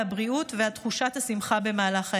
הבריאות ועל תחושת השמחה במהלך ההיריון.